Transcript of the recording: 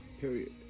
Period